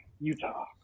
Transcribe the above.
Utah